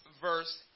verse